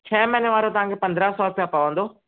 छहें महीने वारो तव्हांखे पंद्रहं सौ रुपिया पवंदो